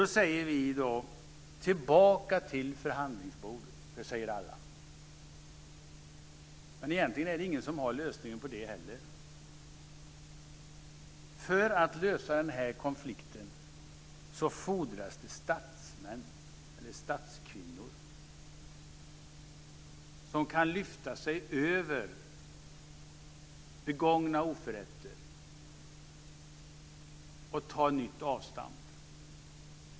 Då säger vi i dag: Tillbaka till förhandlingsbordet! Det säger alla. Men egentligen är det ingen som har lösningen på det heller. För att lösa den här konflikten fordras det statsmän eller statskvinnor som kan lyfta sig över begångna oförrätter och ta ett nytt avstamp.